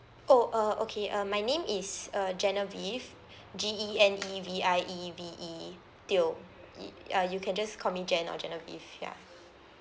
oh uh okay uh my name is uh genevieve G E N E V I E V E teo it uh you can just call me gen or genevieve ya